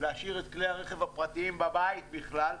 להשאיר את כלי הרכב הפרטיים בבית בכלל,